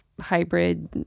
hybrid